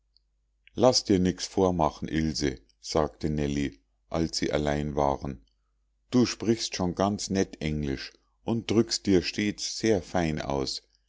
laß dir nix vormachen ilse sagte nellie als sie allein waren du sprichst schon ganz nett englisch und drückst dir stets sehr fein aus